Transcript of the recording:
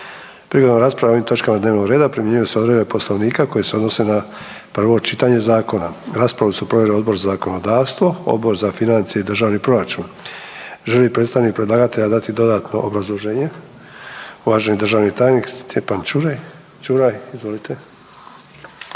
Prigodom rasprave o ovoj točkama dnevnog reda primjenjuju se odredbe Poslovnika koje se odnose na prvo čitanje zakona. Raspravu su proveli Odbor za zakonodavstvo, Odbor za financije i državni proračun. Želi li predstavnik predlagatelja dati dodatno obrazloženje? Uvaženi državni tajnik Stjepan Čuraj, izvolite.